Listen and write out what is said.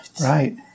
Right